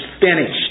finished